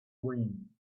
wayne